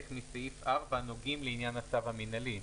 מסעיף 4 נוגעים לעניין הצו המינהלי,